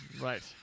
right